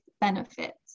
benefits